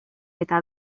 eta